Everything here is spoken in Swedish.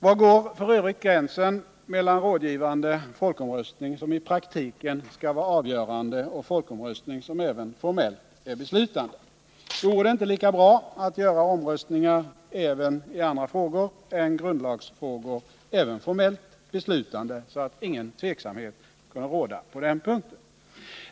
Var går f. ö. gränsen mellan rådgivande folkomröstning som i praktiken skall vara avgörande och folkomröstning som även formellt är beslutande? Vore det inte lika bra att göra folkomröstningar också i andra frågor än grundlagsfrågor även formellt beslutande, så att ingen tveksamhet kunde råda på denna punkt?